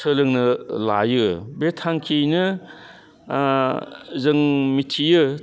सोलोंनो लायो बे थांखियैनो जों मिथियो